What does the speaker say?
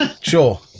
Sure